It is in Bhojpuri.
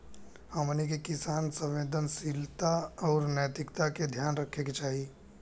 हमनी के किसान के संवेदनशीलता आउर नैतिकता के ध्यान रखे के चाही